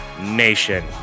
Nation